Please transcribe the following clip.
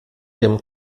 ihrem